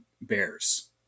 bears